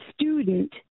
student